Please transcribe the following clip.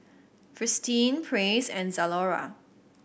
Fristine Praise and Zalora